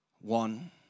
one